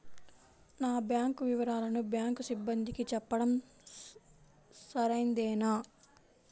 నా బ్యాంకు వివరాలను బ్యాంకు సిబ్బందికి చెప్పడం సరైందేనా?